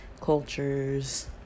cultures